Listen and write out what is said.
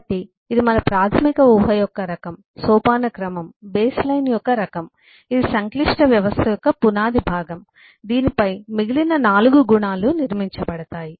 కాబట్టి ఇది మన ప్రాథమిక ఊహ యొక్క రకం సోపానక్రమం బేస్ లైన్ యొక్క రకం ఇది సంక్లిష్ట వ్యవస్థ యొక్క పునాది భాగం దీనిపై మిగిలిన 4 గుణాలు నిర్మించబడతాయి